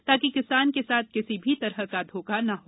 ताकि किसान के साथ किसी भी तरह के धोखा ना हो